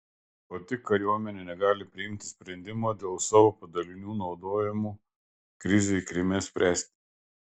pati kariuomenė negali priimti sprendimo dėl savo padalinių naudojimo krizei kryme spręsti